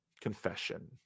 confession